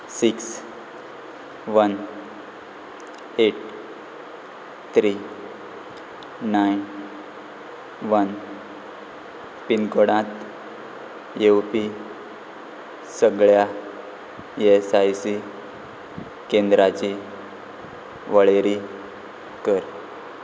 six one eight three nine one पिनकोडांत येवपी सगळ्या ई एस आय सी केंद्राची वळेरी कर